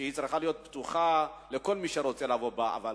והיא צריכה להיות פתוחה לכל מי שרוצה לבוא אליה,